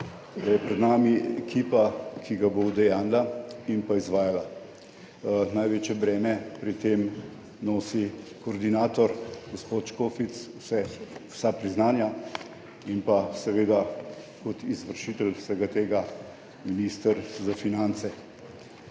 pred nami ekipa, ki ga bo udejanjila in izvajala. Največje breme pri tem nosi koordinator, gospod Šefic, vse priznanje, in pa seveda kot izvršitelj vsega tega minister za finance.